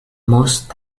most